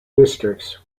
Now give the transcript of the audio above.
districts